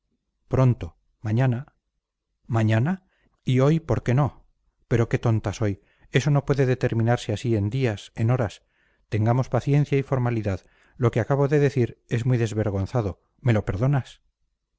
pronto mañana mañana y hoy por qué no pero qué tonta soy eso no puede determinarse así en días en horas tengamos paciencia y formalidad lo que acabo de decir es muy desvergonzado me lo perdonas